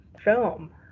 film